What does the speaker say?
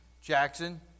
Jackson